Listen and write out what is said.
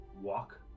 walk